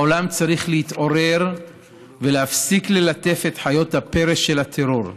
העולם צריך להתעורר ולהפסיק ללטף את חיות הפרא של הטרור,